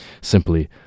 simply